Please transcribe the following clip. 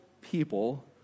people